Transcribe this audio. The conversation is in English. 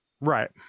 Right